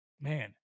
Man